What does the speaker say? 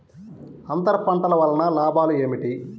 అంతర పంటల వలన లాభాలు ఏమిటి?